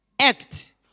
act